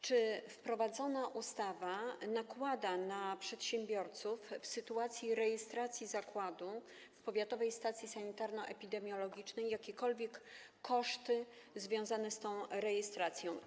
Czy wprowadzona ustawa nakłada na przedsiębiorców w sytuacji rejestracji zakładu w powiatowej stacji sanitarno-epidemiologicznej jakiekolwiek koszty związane z tą rejestracją?